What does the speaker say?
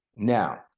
now